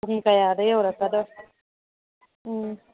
ꯄꯨꯡ ꯀꯌꯥꯗ ꯌꯧꯔꯛꯀꯗꯣꯏꯅꯣ ꯄꯨꯡ